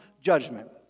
judgment